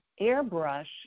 airbrush